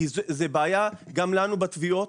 כי זו בעיה גם לנו בתביעות,